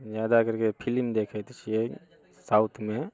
जादा करिके फिल्म देखैत छियै साउथमे